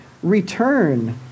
return